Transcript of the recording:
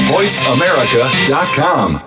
VoiceAmerica.com